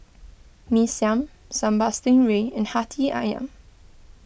Mee Siam Sambal Stingray and Hati Ayam